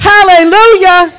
Hallelujah